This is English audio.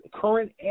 current